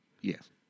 Yes